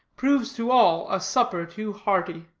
proves to all a supper too hearty.